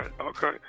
okay